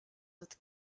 with